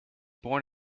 born